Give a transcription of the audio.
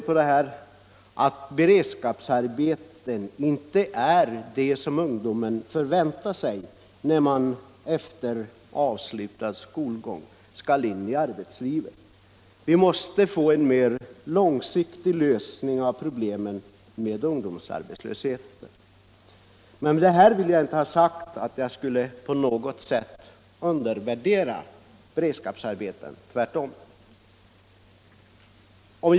Beredskapsarbeten är inte det som ungdomarna väntar sig när de efter avslutad skolgång skall gå ut i arbetslivet. Vi måste åstadkomma en mer långsiktig lösning av problemet med ungdomsarbetslösheten. Det jag nu säger betyder inte att jag på något sätt skulle undervärdera betydelsen av beredskapsarbeten.